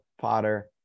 Potter